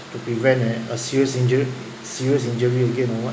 to prevent eh a serious injur~ serious injury again or what